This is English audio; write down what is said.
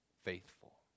faithful